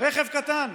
רכב קטן,